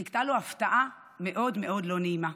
חיכתה לו הפתעה מאוד מאוד לא נעימה,